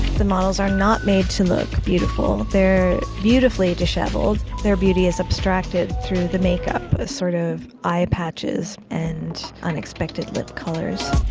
the models are not made to look beautiful they're beautifully disheveled. their beauty is abstracted through the makeup, a sort of eye patches and unexpected lip colors.